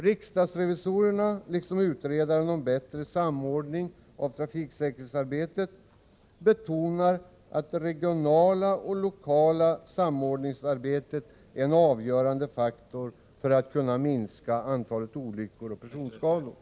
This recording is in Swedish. Riksdagens revisorer liksom utredaren av förbättrad samordning av trafiksäkerhetsarbetet betonar det regionala och lokala samordningsarbetet som en avgörande faktor för att kunna minska antalet olyckor och personskador.